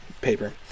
paper